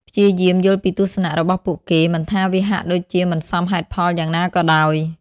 ព្យាយាមយល់ពីទស្សនៈរបស់ពួកគេ មិនថាវាហាក់ដូចជាមិនសមហេតុផលយ៉ាងណាក៏ដោយ។